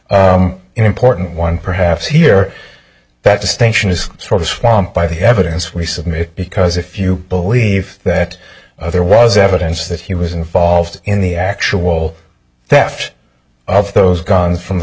but important one perhaps here that distinction is sort of swamp by the evidence we submit because if you believe that there was evidence that he was involved in the actual theft of those guns from the